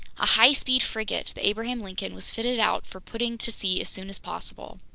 a high-speed frigate, the abraham lincoln, was fitted out for putting to sea as soon as possible.